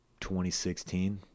2016